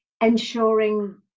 ensuring